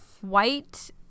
white